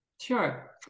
Sure